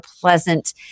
pleasant